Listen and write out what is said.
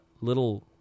little